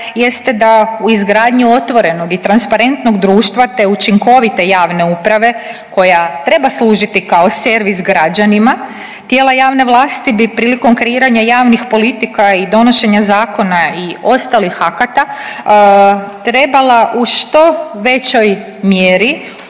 jeste da u izgradnju otvorenog i transparentnog društva te učinkovite javne uprave koja treba služiti kao servis građanima tijela javne vlasti bi prilikom kreiranja javnih politika i donošenja zakona i ostalih akata trebala u što većoj mjeri